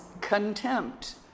contempt